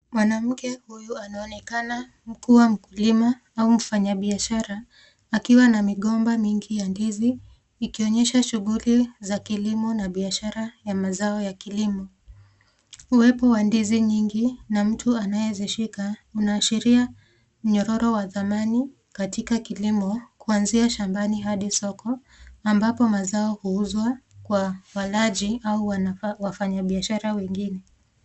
Mwanamke huyu anaonekana mkuu wa mkulima au mfanyabishara akiwa na migomba mingi ya ndizi ikionyesha shughuli za kilimo na biashara ya mazao ya kilimo. Uwepo wa ndizi nyingi na mtu anayezishika unaashiria mnyororo wa thamani katika kilimo kuanzia shambani hadi soko ambapo mazao huuzwa kwa walaji au wafanyabiashara wengine.